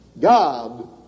God